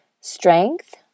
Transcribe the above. strength